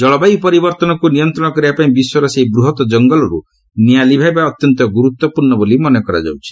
ଜଳବାୟୁ ପରିବର୍ତ୍ତନକୁ ନିୟନ୍ତ୍ରଣ କରିବା ପାଇଁ ବିଶ୍ୱର ସେହି ବୃହତ୍ ଜଙ୍ଗଲରୁ ନିଆଁ ଲିଭାଇବା ଅତ୍ୟନ୍ତ ଗୁରୁତ୍ୱପୂଣର୍ଣ ବୋଲି ମନେ କରାଯାଉଛି